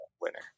Winner